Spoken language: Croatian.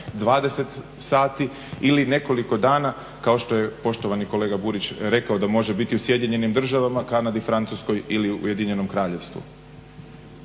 20 sati ili nekoliko dana kao što je poštovani kolega Burić rekao da može biti u Sjedinjenim Državama, Kanadi, Francuskoj ili Ujedinjenom Kraljevstvu.